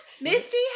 Misty